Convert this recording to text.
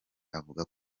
avuga